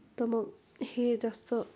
तर मग हे जास्त